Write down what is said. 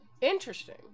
Interesting